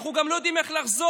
אנחנו גם לא יודעים איך לחזור.